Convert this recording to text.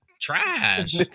trash